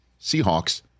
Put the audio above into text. Seahawks